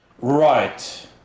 right